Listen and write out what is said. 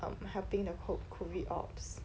um helping the co COVID ops